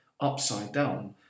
upside-down